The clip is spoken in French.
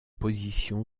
position